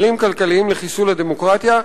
כלים כלכליים לחיסול הדמוקרטיה.